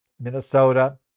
Minnesota